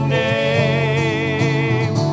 name